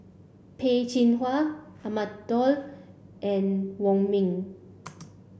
Peh Chin Hua Ahmad Daud and Wong Ming